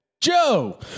Joe